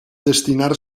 destinar